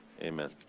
Amen